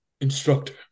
Instructor